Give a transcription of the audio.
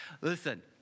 Listen